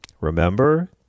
remember